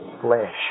flesh